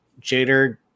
Jader